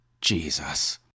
Jesus